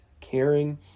caring